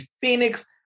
Phoenix